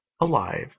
alive